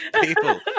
people